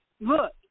look